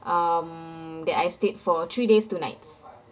um that I stayed for three days two nights